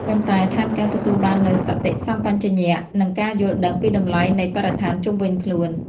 ប៉ុន្តែថែមទាំងទទួលបាននូវសតិសម្បជញ្ញៈ និងការយល់ដឹងពីតម្លៃនៃបរិស្ថានជុំវិញខ្លួន។